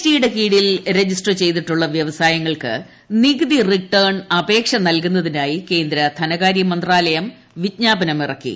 T യുടെ കീഴിൽ register ചെയ്തിട്ടുള്ള വ്യവസായങ്ങൾക്ക് നികുതി റിട്ടേൺ അപേക്ഷ നൽകുന്നതിനായി കേന്ദ്ര ധനകാര്യമന്ത്രാലയം വിജ്ഞാപനമിറക്കി